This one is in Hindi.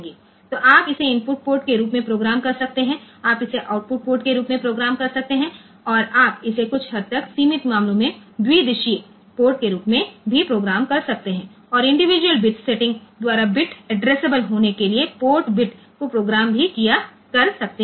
तो आप इसे इनपुट पोर्ट के रूप में प्रोग्राम कर सकते हैं आप इसे आउटपुट पोर्ट के रूप में प्रोग्राम कर सकते हैं और आप इसे कुछ हद तक सीमित मामलों में द्विदिशीय पोर्ट के रूप में भी प्रोग्राम कर सकते हैं और इंडिविजुअल बिट सेटिंग द्वारा बिट एड्रेसेबल होने के लिए पोर्ट बिट को प्रोग्राम भी कर सकते हैं